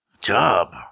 Job